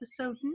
episode